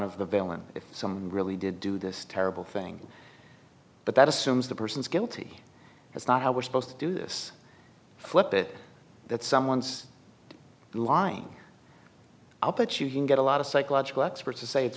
the villain if some really did do this terrible thing but that assumes the person's guilty that's not how we're supposed to do this flip it that someone's lying up that you can get a lot of psychological experts to say it's